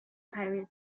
pirate